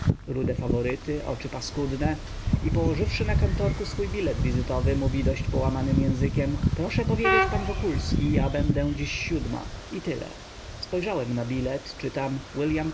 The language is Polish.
jakiś bardzo niewyraźny jegomość rude faworyty oczy paskudne i położywszy na kantorku swój bilet wizytowy mówi dosyć połamanym językiem prosze powiedzieć pan wokulski ja będę dziś siódma i tyle spojrzałem na bilet czytam